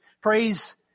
Praise